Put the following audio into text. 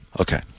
Okay